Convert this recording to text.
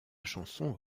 chanson